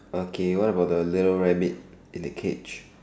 okay what about the little rabbit in the cage